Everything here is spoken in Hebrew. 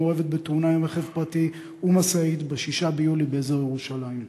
מעורבת בתאונה עם רכב פרטי ומשאית ב-6 ביולי באזור ירושלים.